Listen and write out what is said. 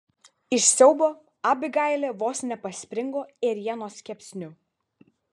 iš siaubo abigailė vos nepaspringo ėrienos kepsniu